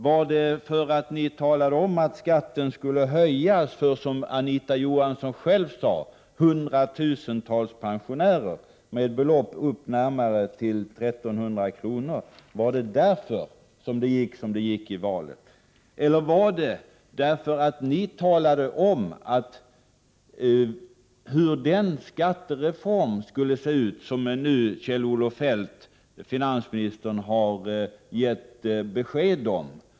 Var det för att ni socialdemokrater talade om att skatten skulle höjas för, som Anita Johansson själv sade, hundratusentals pensionärer med belopp närmare 1 300 kr. som det gick som det gick i valet, eller var det för att ni talade om hur den skattereform skulle se ut som finansminister Kjell-Olof Feldt har gett besked jJom?